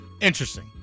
Interesting